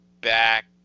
back